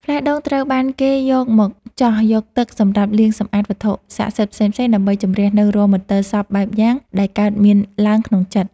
ផ្លែដូងត្រូវបានគេយកមកចោះយកទឹកសម្រាប់លាងសម្អាតវត្ថុស័ក្តិសិទ្ធិផ្សេងៗដើម្បីជម្រះនូវរាល់មន្ទិលសព្វបែបយ៉ាងដែលកើតមានឡើងក្នុងចិត្ត។